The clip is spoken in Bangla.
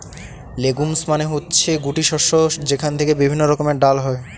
লেগুমস মানে হচ্ছে গুটি শস্য যেখান থেকে বিভিন্ন রকমের ডাল হয়